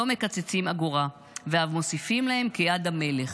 לא מקצצים אגורה, ואף מוסיפים להם כיד המלך!